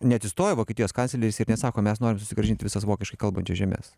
neatsistoja vokietijos kancleris ir nesako mes norim susigrąžint visas vokiškai kalbančias žemes